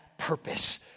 purpose